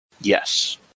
Yes